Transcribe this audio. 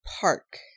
park